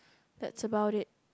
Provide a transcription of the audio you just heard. that's about it